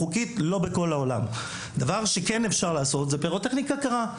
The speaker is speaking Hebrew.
מה שאפשר לעשות זה פירוטכניקה קרה.